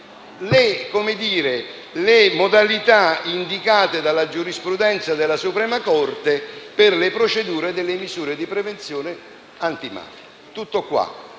le modalità indicate dalla giurisprudenza della Suprema corte per le procedure delle misure di prevenzione antimafia. Tutto qua.